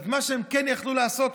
אבל מה שהם כן יכלו לעשות,